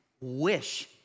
wish